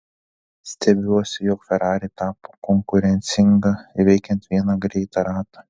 stebiuosi jog ferrari tapo konkurencinga įveikiant vieną greitą ratą